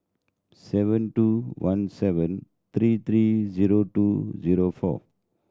seven two one seven three three zero two zero four